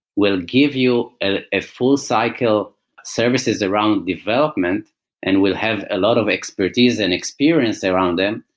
we'll give you ah a full cycle services around development and we'll have a lot of expertise and experience around them.